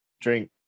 drink